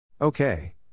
Okay